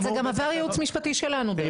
אבל זה גם עבר ייעוץ משפטי שלנו דרך אגב.